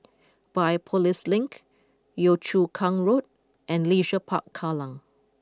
Biopolis Link Yio Chu Kang Road and Leisure Park Kallang